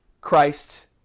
Christ